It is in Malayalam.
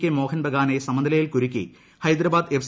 കെ മോഹൻ ബഗാനെ സമനിലയിൽ കുരുക്കി ഹൈദരാബാദ് എഫ്